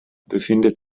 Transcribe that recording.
befindet